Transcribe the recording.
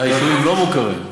יישובים לא מוכרים?